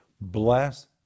Bless